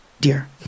dear